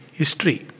history